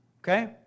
Okay